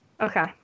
Okay